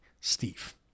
Steve